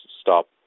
stop